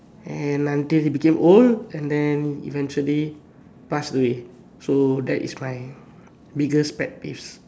and until it became old and then eventually passed away so that is my biggest pet peeves